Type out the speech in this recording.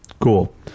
Cool